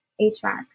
HVAC